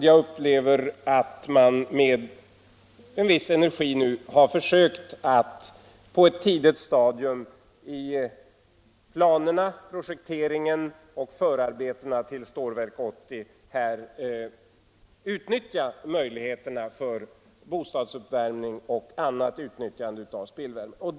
Jag upplever att regeringen nu med en viss energi har försökt att på ett tidigt stadium i planerna, projekteringen och förarbetena till Stålverk 80 utnyttja möjligheterna för bostadsuppvärmning och annat med spillvärme.